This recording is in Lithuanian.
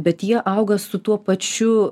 bet jie auga su tuo pačiu